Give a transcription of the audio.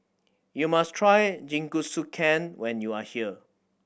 you must try Jingisukan when you are here